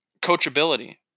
coachability